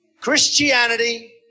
Christianity